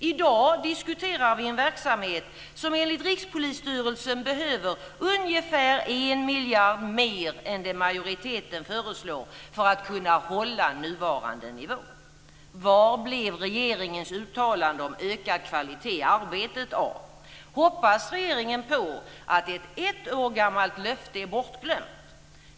I dag diskuterar vi en verksamhet som enligt Rikspolisstyrelsen behöver ungefär 1 miljard mer än det majoriteten föreslår för att kunna hålla nuvarande nivå. Var blev regeringens uttalande om ökad kvalitet i arbetet av? Hoppas regeringen på att ett ett år gammalt löfte är bortglömt?